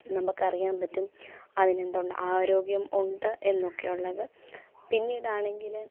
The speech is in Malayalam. നമുക്കറിയാൻ പറ്റും അതിനെന്തുണ്ട് ആരോഗ്യം ഉണ്ട് എന്നൊക്കെ ഉള്ളത് പിന്നീടാണെങ്കില്